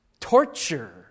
torture